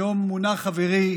היום מונה חברי